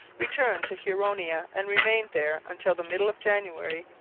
returned to huronia and remained there until the middle of january,